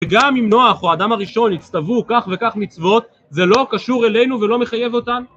וגם אם נוח או אדם הראשון הצטוו כך וכך מצוות, זה לא קשור אלינו ולא מחייב אותנו?